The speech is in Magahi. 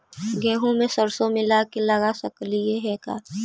गेहूं मे सरसों मिला के लगा सकली हे का?